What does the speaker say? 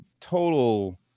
total